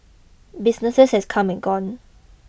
businesses have come and gone